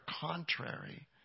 contrary